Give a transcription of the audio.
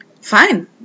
Fine